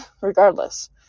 regardless